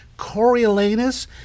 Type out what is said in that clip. Coriolanus